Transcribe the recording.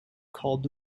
called